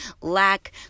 lack